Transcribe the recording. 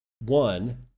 One